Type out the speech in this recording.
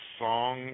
song